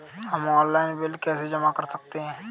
हम online bill कैसे जमा कर सकते हैं?